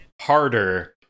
harder